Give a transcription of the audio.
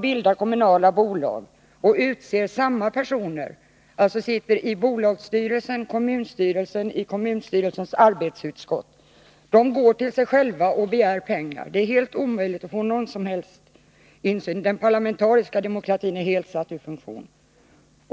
bildar kommunala bolag och utser samma personer att sitta i bolagets styrelse, i kommunstyrelsen och i kommunstyrelsens arbetsutskott, så att de kan gå till sig själva och begära pengar? Det är då omöjligt att få någon insyn, och den parlamentariska demokratin blir helt satt ur funktion.